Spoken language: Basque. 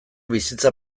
bizitza